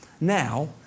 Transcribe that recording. Now